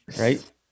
Right